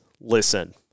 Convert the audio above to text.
listen